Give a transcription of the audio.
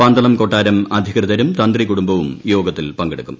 പന്തളം കൊട്ടാരം അധികൃതരും തന്ത്രി കുടുംബവും യോഗത്തിൽ പങ്കെടുക്കും